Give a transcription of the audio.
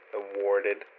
awarded